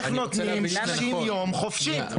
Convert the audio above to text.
איך נותנים 60 יום חופשי?